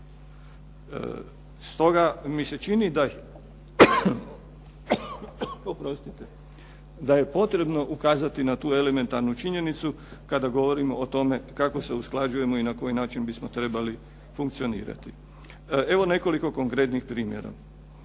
Stoga mi se čini da je potrebno ukazati na tu elementarnu činjenicu kada govorimo o tome kako se usklađujemo i na koji način bismo trebali funkcionirati. Evo nekoliko konkretnih primjera.